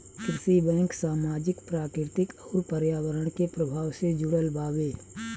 कृषि बैंक सामाजिक, प्राकृतिक अउर पर्यावरण के प्रभाव से जुड़ल बावे